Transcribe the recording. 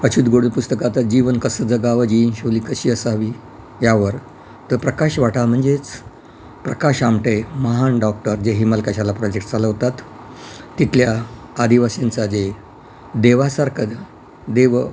अच्युत गोडबोले पुस्तकात जीवन कसं जगावं जीवनशैली कशी असावी यावर तर प्रकाश वाटा म्हणजेच प्रकाश आमटे महान डॉक्टर जे हेमलकशाला प्रॉजेक्ट चालवतात तिथल्या आदिवासींचा जे देवासारखं देव